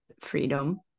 freedom